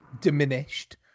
diminished